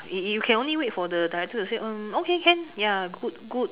you you can only wait for the director to say okay can ya good good